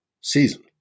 season